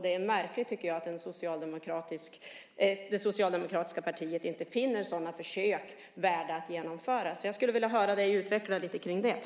Det är märkligt att det socialdemokratiska partiet inte finner sådana försök värda att genomföras. Jag skulle vilja höra dig utveckla lite kring det.